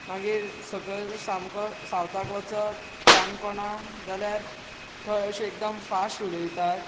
मागीर सकयल सामको सावथाक वचत काणकोणा जाल्यार थंय अशे एकदम फास्ट उलयतात